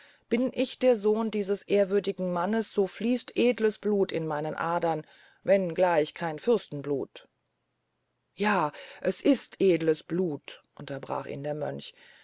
bin ich der sohn dieses ehrwürdigen mannes so fließt edles blut in meinen adern wenn gleich kein fürstenblut ja es ist edles blut unterbrach ihn der mönch